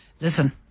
listen